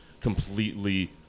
completely